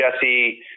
Jesse